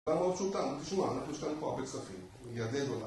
למה רצו אותנו? תשמע, אנחנו השקענו פה הרבה כספים, מליארדי דולרים